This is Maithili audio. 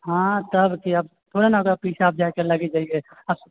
हँ तब कि आब थोड़े ने ओकर पीछा जा कऽ आब लागि जाइए